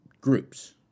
groups